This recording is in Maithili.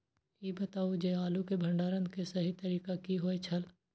ई बताऊ जे आलू के भंडारण के सही तरीका की होय छल?